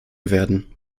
werden